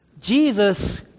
Jesus